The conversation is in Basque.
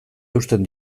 eusten